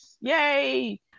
Yay